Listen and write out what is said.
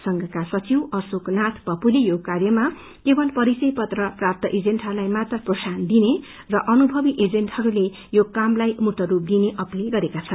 संघका सचिव अशोक नाथ पप्पूले यो कार्यमा केवल परिचय पत्र प्राप्त एजेन्टहरूलाई मात्र प्रोत्सहान दिने र अनुभवी एजेन्टहरूले यो कामलाई मूर्तसूप दिने अपील गरेका छन्